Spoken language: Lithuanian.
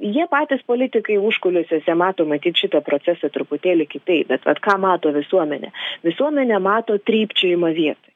jie patys politikai užkulisiuose mato matyt šitą procesai truputėlį kitaip bet vat ką mato visuomenė visuomenė mato trypčiojimą vietoj